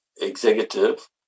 executive